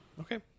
Okay